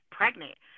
pregnant